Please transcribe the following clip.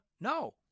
No